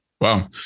wow